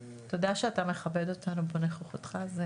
ותודה שאתה מכבד אותנו בנוכחותך.